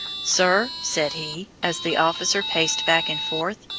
sir, said he, as the officer paced back and forth,